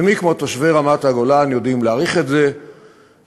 ומי כמו תושבי רמת-הגולן יודעים להעריך את זה שכשהם